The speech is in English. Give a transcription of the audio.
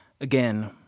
again